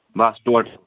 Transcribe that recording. بس total